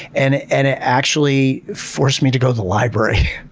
and it and it actually forced me to go the library.